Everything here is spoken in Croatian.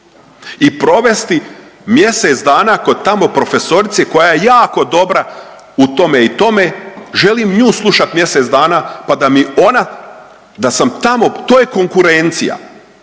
i provesti mjesec dana kod tamo profesorice koja je jako dobra u tome i tome, želim nju slušati mjesec dana, pa da mi ona, da sam tamo, to je konkurencija.